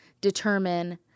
determine